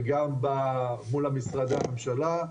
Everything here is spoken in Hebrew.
וגם מול משרדי הממשלה,